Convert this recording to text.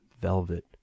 velvet